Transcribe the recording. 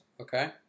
Okay